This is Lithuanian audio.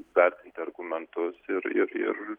vertinti argumentus ir ir ir